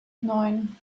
neun